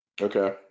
Okay